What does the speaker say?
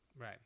Right